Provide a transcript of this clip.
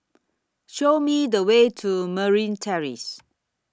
Show Me The Way to Merryn Terrace